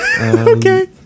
Okay